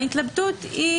ההתלבטות היא,